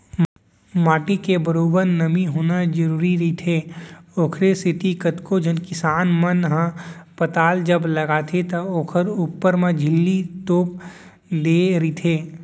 माटी म बरोबर नमी होना जरुरी रहिथे, ओखरे सेती कतको झन किसान मन ह पताल जब लगाथे त ओखर ऊपर म झिल्ली तोप देय रहिथे